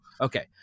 okay